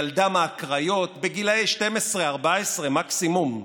ילדה מהקריות, בגיל 12, 14 מקסימום,